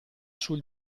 sul